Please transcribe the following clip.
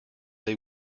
they